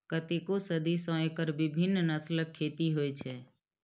कतेको सदी सं एकर विभिन्न नस्लक खेती होइ छै